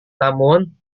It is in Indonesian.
namun